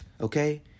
Okay